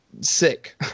sick